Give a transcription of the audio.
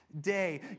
day